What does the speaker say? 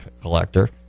collector